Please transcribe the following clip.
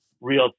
real